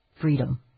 freedom